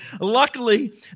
Luckily